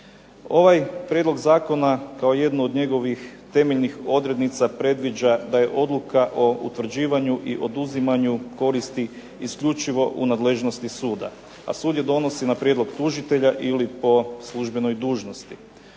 Ovaj prijedlog zakona kao jedno od njegovih temeljnih odrednica predviđa da je odluka o utvrđivanju i oduzimanju koristi isključivo u nadležnosti suda, a sud je donosi na prijedlog tužitelja ili po službenoj dužnosti.